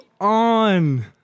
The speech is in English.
on